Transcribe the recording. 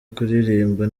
kuririmba